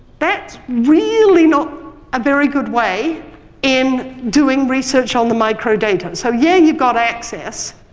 that's really not a very good way in doing research on the microdata. so yeah, you've got access,